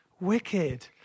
Wicked